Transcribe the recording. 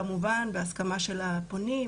כמובן בהסכמה של הפונים,